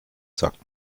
sagt